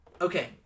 Okay